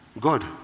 God